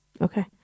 Okay